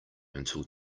until